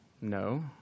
No